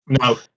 No